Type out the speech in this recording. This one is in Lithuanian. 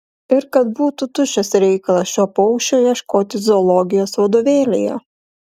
ir kad būtų tuščias reikalas šio paukščio ieškoti zoologijos vadovėlyje